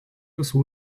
visų